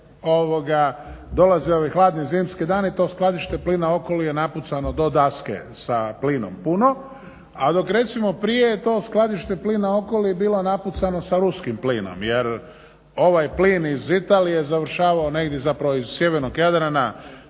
dolaze ovi hladni zimski dani to Skladište plina Okoli je napucano do daske sa plinom puno, a dok recimo prije to je Skladište plina Okoli je bilo napucano sa ruskim plinom jer ovaj plin iz Italije je završavao negdje zapravo iz sjevernog Jadrana